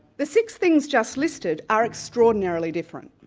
the six things just listed are extraordinarily different.